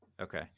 Okay